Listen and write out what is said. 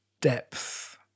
depth